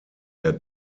der